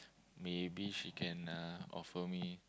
maybe she can uh offer me